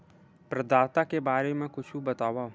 प्रदाता के बारे मा कुछु बतावव?